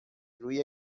روی